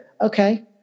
okay